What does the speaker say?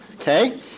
Okay